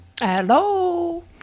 Hello